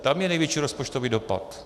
Tam je největší rozpočtový dopad.